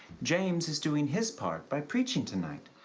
james is doing his part by preaching tonight.